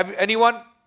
um anyone?